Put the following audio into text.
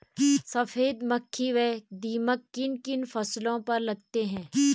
सफेद मक्खी व दीमक किन किन फसलों पर लगते हैं?